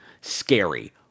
Scary